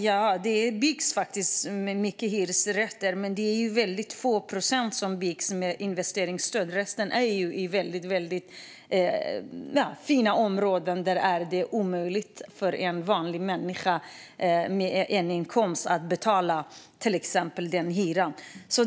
Ja, det byggs många hyresrätter, men det är väldigt få procent som byggs med investeringsstöd. Resten byggs i fina områden där det är omöjligt för en vanlig människa med en inkomst att betala hyran.